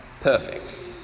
perfect